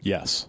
Yes